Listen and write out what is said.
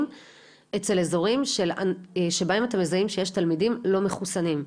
אצל אזורים שבהם אתם מזהים שיש תלמידים לא מחוסנים.